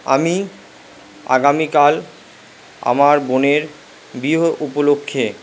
আমি আগামীকাল আমার বোনের বিয়ে উপলক্ষে